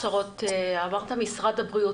אמרת משרד הבריאות.